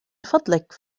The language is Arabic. فضلك